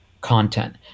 content